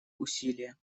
усилия